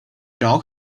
dog